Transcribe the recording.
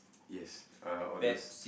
yes uh all those